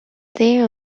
there